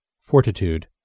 Fortitude